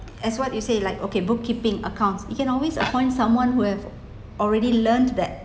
as what you say like okay bookkeeping accounts you can always appoint someone who have already learned that